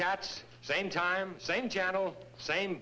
cats same time same channel same